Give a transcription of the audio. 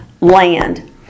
land